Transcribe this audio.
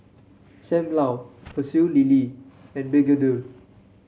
Sam Lau Pecel Lele and begedil